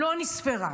לא נספרה.